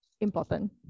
important